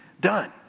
done